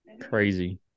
Crazy